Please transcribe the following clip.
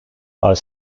are